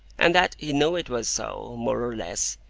and that he knew it was so, more or less,